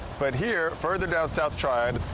but here, further south tryon,